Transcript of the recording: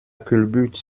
culbute